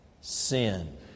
Sin